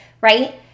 right